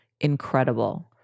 incredible